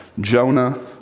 Jonah